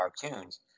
cartoons